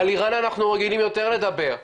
על איראן אנחנו רגילים יתר לדבר,